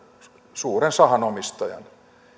suuren sahan omistajan